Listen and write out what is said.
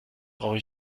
brauche